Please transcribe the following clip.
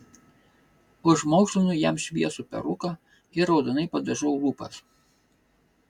užmaukšlinu jam šviesų peruką ir raudonai padažau lūpas